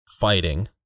fighting